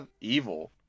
evil